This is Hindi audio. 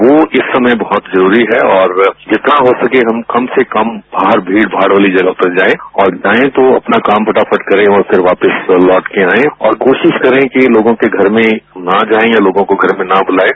वह इस समय बहत जरूरी है और जितना हो सके हम कम से कम बाहर भीड़ भाड़ वाली जगह पर जाएं और जाएं तो अपना काम फटाफट करें और फिर वापिस लौटकर आएं और कोशिश करें कि लोगों के घर में ना जाएं या लोगों को घर में न बुलाएं